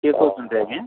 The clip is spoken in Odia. କିଏ କହୁଛନ୍ତି ଆଜ୍ଞା